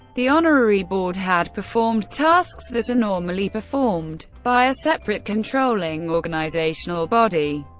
the honorary board had performed tasks that are normally performed by a separate controlling organizational body.